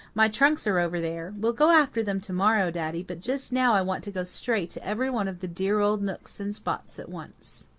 my trunks are over there. we'll go after them to-morrow, daddy, but just now i want to go straight to every one of the dear old nooks and spots at once.